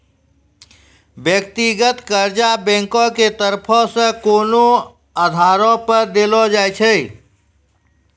व्यक्तिगत कर्जा बैंको के तरफो से कोनो आधारो पे देलो जाय छै